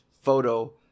photo